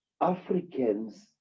Africans